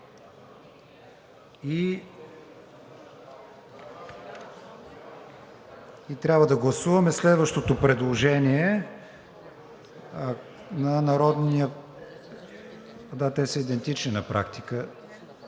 Трябва да гласуваме следващото предложение – да, те са идентични на практика